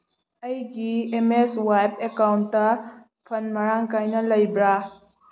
ꯑꯩꯒꯤ M S ꯋꯥꯏꯞ ꯑꯦꯀꯥꯎꯟꯗ ꯐꯟ ꯃꯔꯥꯡ ꯀꯥꯏꯅ ꯂꯩꯕ꯭ꯔꯥ